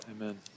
Amen